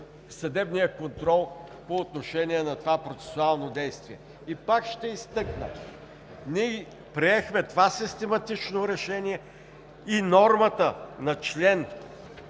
съдебния контрол по отношение на това процесуално действие. Пак ще изтъкна, че ние приехме това систематично решение и нормата на чл.